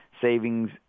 Savings